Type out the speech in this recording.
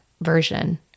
version